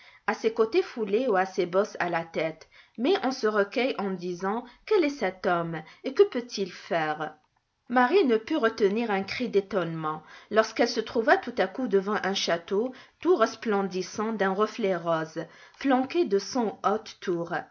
à ses côtes foulées ou à ses bosses à la tête mais on se recueille en disant quel est cet homme et que peut-il faire marie ne put retenir un cri d'étonnement lorsqu'elle se trouva tout à coup devant un château tout resplendissant d'un reflet rose flanqué de cent hautes tours